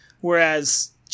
Whereas